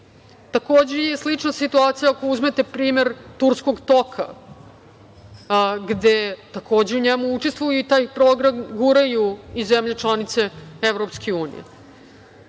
Takođe je slična situacija ako uzmete primer turskog toka gde takođe u njemu učestvuju i taj program guraju i zemlje članice EU.To neće